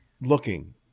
looking